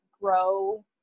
grow